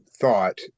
thought